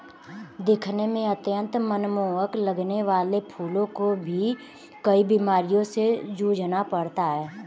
दिखने में अत्यंत मनमोहक लगने वाले फूलों को भी कई बीमारियों से जूझना पड़ता है